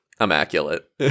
immaculate